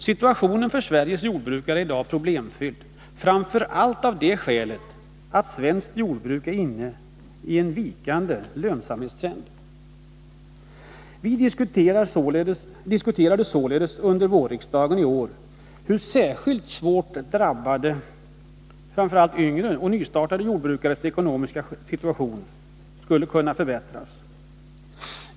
Situationen i dag för Sveriges jordbrukare är problemfylld, framför allt av det skälet att svenskt jordbruk är inne i en vikande lönsamhetstrend. Vi diskuterade således under vårriksdagen i år hur den ekonomiska situationen för särskilt svårt drabbade framför allt yngre och nya jordbrukare skulle kunna förbättras.